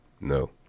no